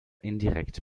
indirekt